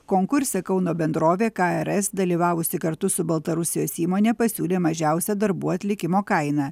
konkurse kauno bendrovė krs dalyvavusi kartu su baltarusijos įmone pasiūlė mažiausią darbų atlikimo kainą